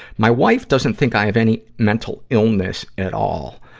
my wife doesn't think i have any mental illness at all,